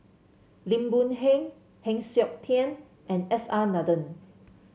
Lim Boon Heng Heng Siok Tian and S R Nathan